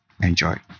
Enjoy